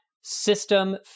system